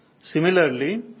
Similarly